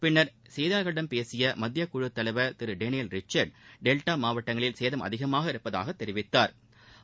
பின்னா் செய்தியாளாகளிடம் பேசிய மத்தியக்குழுத் தலைவா் திரு டேனியல் ரிச்சாட் டெல்டா மாவட்டங்களில் சேதம் அதிகமாக இருப்பதாக தெரிவித்தாா்